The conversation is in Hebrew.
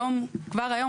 כבר היום,